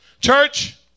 Church